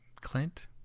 Clint